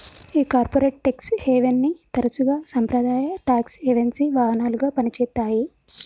ఈ corporate tax హేవెన్ని తరసుగా సాంప్రదాయ టాక్స్ హెవెన్సి వాహనాలుగా పని చేత్తాయి